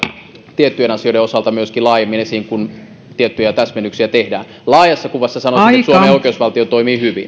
tiettyjen asioiden osalta myöskin laajemmin esiin kun tiettyjä täsmennyksiä tehdään laajassa kuvassa sanoisin että suomen oikeusvaltio toimii hyvin